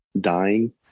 dying